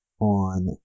on